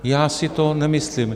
Já si to nemyslím.